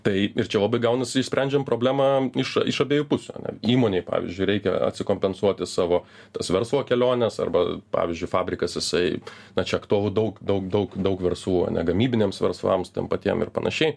tai ir čia labai gaunasi išsprendžiam problemą iš iš abiejų pusių įmonėj pavyzdžiui reikia atsikompensuoti savo tas verslo keliones arba pavyzdžiui fabrikas jisai na čia aktualu daug daug daug daug verslų ane gamybiniams verslams tiem patiem ir panašiai